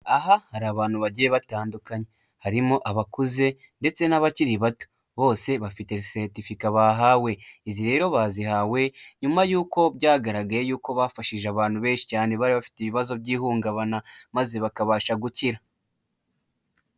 Aha hari abantu bagiye batandukanye harimo abakuze ndetse n'abakiri bato, bose bafite seritifika bahawe, izi rero bazihawe nyuma y'uko byagaragaye yuko bafashije abantu benshi cyane bari bafite ibibazo by'ihungabana maze bakabasha gukira.